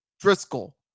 Driscoll